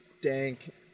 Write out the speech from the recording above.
dank